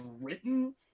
written